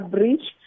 Bridge